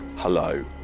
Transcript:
Hello